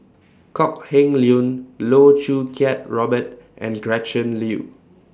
Kok Heng Leun Loh Choo Kiat Robert and Gretchen Liu